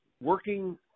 working